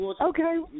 Okay